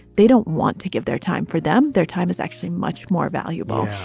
they don't want to give their time for them. their time is actually much more valuable.